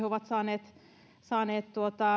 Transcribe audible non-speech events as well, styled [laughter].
[unintelligible] ovat saaneet saaneet